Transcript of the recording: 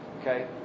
Okay